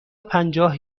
پنجاه